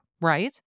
right